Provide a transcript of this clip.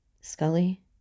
Scully